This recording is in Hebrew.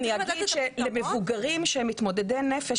אני אגיד שלמבוגרים שהם מתמודדי נפש,